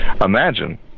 imagine